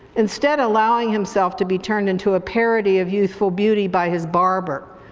instead allowing himself to be turned into a parody of youthful beauty by his barber,